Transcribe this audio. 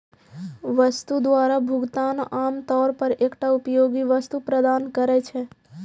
वस्तु द्वारा भुगतान आम तौर पर एकटा उपयोगी वस्तु प्रदान करै छै